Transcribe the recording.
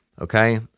Okay